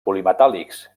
polimetàl·lics